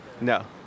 No